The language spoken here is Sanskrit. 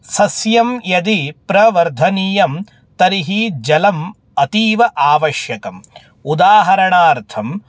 सस्यं यदि प्रवर्धनीयं तर्हि जलम् अतीव आवश्यकम् उदाहरणार्थं